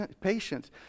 patience